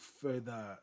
further